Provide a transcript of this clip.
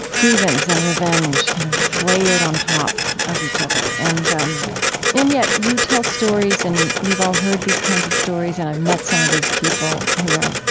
grievance and revenge kind of layered on top of each other. and um and yet, you tell stories and we've all heard these kinds of stories and i've met some of these people who are,